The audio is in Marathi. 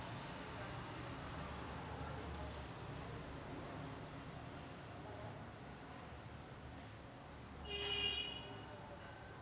मंत्री सध्या श्री गिरिराज सिंग आहेत आणि सचिव सुब्रहमान्याम विजय कुमार आहेत